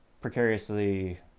precariously